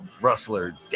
Rustler